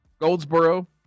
Goldsboro